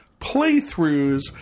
playthroughs